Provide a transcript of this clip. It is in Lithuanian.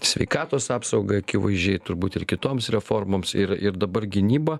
sveikatos apsaugai akivaizdžiai turbūt ir kitoms reformoms ir ir dabar gynyba